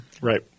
Right